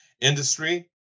industry